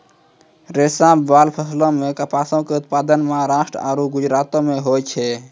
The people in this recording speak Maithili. रेशाबाला फसलो मे कपासो के उत्पादन महाराष्ट्र आरु गुजरातो मे होय छै